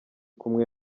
kumwe